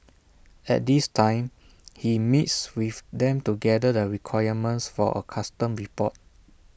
at this time he meets with them to gather the requirements for A custom report